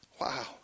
Wow